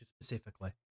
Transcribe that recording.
specifically